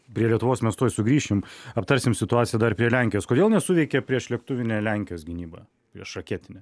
prie lietuvos mes tuoj sugrįšim aptarsim situaciją dar prie lenkijos kodėl nesuveikė priešlėktuvinė lenkijos gynyba priešraketinė